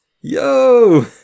Yo